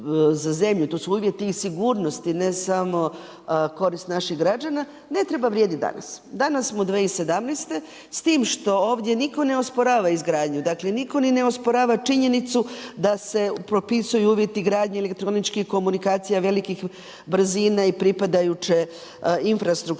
to su uvjeti i sigurnosti, ne samo korist naših građana, ne treba vrijediti danas. Danas smo u 2017., s tim što ovdje nitko ne osporava izgradnju, dakle nitko ni ne osporava činjenicu da se propisuju uvjeti gradnje elektroničkih komunikacija velikih brzina i pripadajuće infrastrukture,